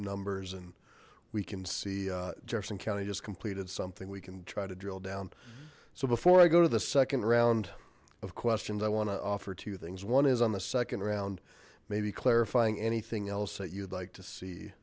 numbers and we can see jefferson county just completed something we can try to drill down so before i go to the second round of questions i want to offer two things one is on the second round maybe clarifying anything else that you'd like to see